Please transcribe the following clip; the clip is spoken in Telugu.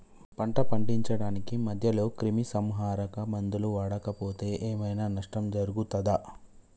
పంట పండించడానికి మధ్యలో క్రిమిసంహరక మందులు వాడకపోతే ఏం ఐనా నష్టం జరుగుతదా?